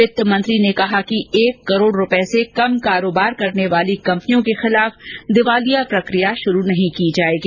वित्त मंत्री ने कहा कि एक करोड़ रूपए से कम कारोबार करने वाली कंपनियों के खिलाफ दिवालिया प्रक्रिया शुरू नहीं की जाएगी